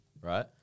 right